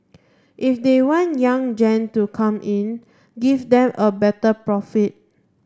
if they want young gen to come in give them a better profit